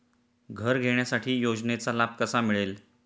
घर घेण्यासाठी योजनेचा लाभ कसा मिळेल?